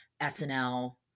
snl